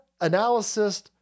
analysis